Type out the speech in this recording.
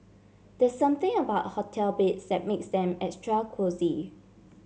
there something about hotel beds set makes them extra cosy